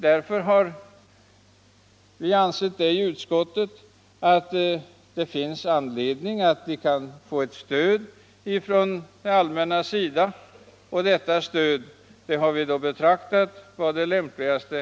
Vi har i utskottet ansett att det finns anledning att dessa församlingar får ett stöd från det allmännas sida, och vi har betraktat det som lämpligast att de får detta stöd från anslaget Bidrag till trossamfund.